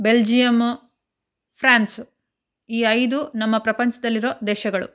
Belgium France ಈ ಐದು ನಮ್ಮ ಪ್ರಪಂಚದಲ್ಲಿರೋ ದೇಶಗಳು